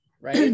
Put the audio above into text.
right